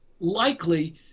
likely